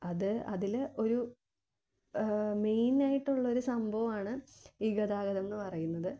അത് അതിൽ ഒരു മെയ്നായിട്ടുള്ളൊരു സംഭവമാണ് ഈ ഗതാഗതം എന്ന് പറയുന്നത്